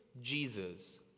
Jesus